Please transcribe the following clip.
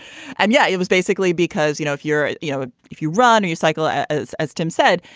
and yeah, it was basically because, you know, if you're you know, if you run, and you cycle as as tim said,